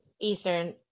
eastern